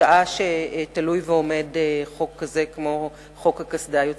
שעה שתלוי ועומד חוק כזה המחייב חבישת קסדה.